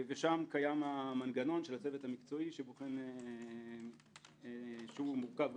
שם קיים המנגנון של הצוות המקצועי שבוחן אישור מורכב,